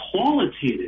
qualitative